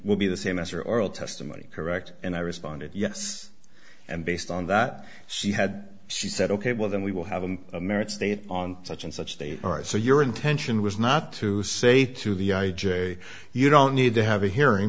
will be the same as your oral testimony correct and i responded yes and based on that she had she said ok well then we will have an american state on such and such they are so your intention was not to say to the i j a you don't need to have a hearing